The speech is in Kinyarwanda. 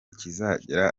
kizagera